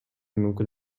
мүмкүн